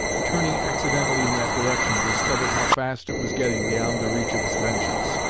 turning accidentally in that direction, discovered how fast it was getting beyond the reach of his vengeance.